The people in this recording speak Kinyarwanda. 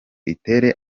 itere